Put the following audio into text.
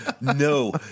No